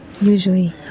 usually